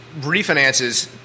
refinances